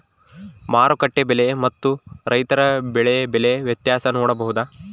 ಮಾರುಕಟ್ಟೆ ಬೆಲೆ ಮತ್ತು ರೈತರ ಬೆಳೆ ಬೆಲೆ ವ್ಯತ್ಯಾಸ ನೋಡಬಹುದಾ?